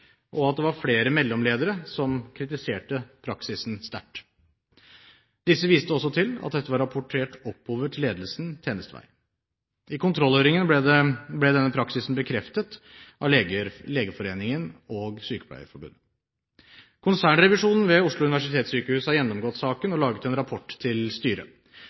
og at det var flere mellomledere som kritiserte praksisen sterkt. Disse viste også til at dette var rapportert oppover til ledelsen tjenestevei. I kontrollhøringen ble denne praksisen bekreftet av Legeforeningen og Sykepleierforbundet. Konsernrevisjonen ved Oslo universitetssykehus har gjennomgått saken og laget en rapport til styret.